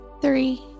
three